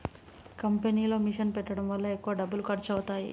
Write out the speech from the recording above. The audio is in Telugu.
కంపెనీలో మిషన్ పెట్టడం వల్ల ఎక్కువ డబ్బులు ఖర్చు అవుతాయి